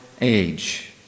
age